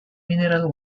mineral